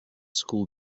school